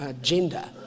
gender